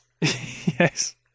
Yes